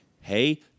hey